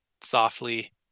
softly